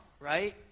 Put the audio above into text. Right